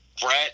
Brett